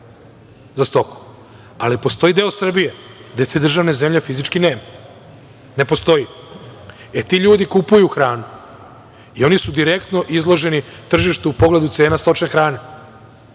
za stoku, ali postoji deo Srbije gde te državne zemlje fizički nema, ne postoji. Ti ljudi kupuju hranu i oni su direktno izloženi tržištu u pogledu cena stočne